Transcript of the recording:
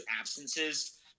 absences